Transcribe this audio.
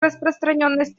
распространенность